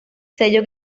sello